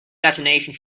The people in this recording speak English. detonation